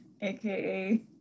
AKA